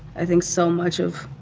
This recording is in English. i think so much of